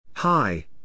Hi